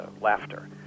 laughter